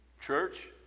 Church